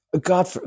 God